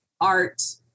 art